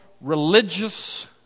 religious